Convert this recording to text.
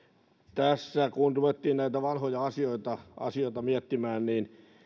tässä kun ruvettiin näitä vanhoja asioita asioita miettimään niin